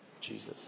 Jesus